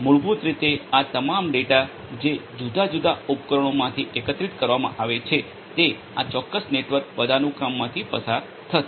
મૂળભૂત રીતે આ તમામ ડેટા જે જુદાં જુદાં ઉપકરણોમાંથી એકત્રિત કરવામાં આવે છે તે આ ચોક્કસ નેટવર્ક પદાનુક્રમમાંથી પસાર થશે